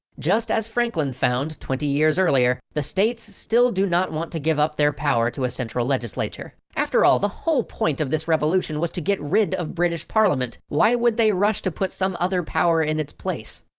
just as franklin found twenty years earlier, the states still do not want to give up their power to a central legislature. after all, the whole point of this revolution was to get rid of british parliament, why would they rush to put some other power in its place?